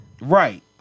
Right